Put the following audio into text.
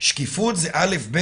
שקיפות זה א-ב